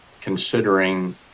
considering